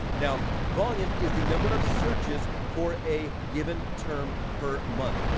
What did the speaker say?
now, volume is the number of searches for a given term per month.